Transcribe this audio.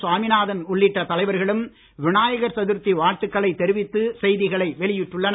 சுவாமிநாதன் உள்ளிட்ட தலைவர்களும் விநாயகர் சதுர்த்தி வாழ்த்துகளைத் தெரிவித்தும் செய்திகளை வெளியிட்டுள்ளனர்